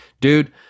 dude